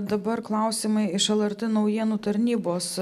dabar klausimai iš lrt naujienų tarnybos